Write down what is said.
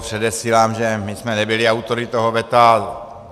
Předesílám, že my jsme nebyli autory toho veta.